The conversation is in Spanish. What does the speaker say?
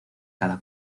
cada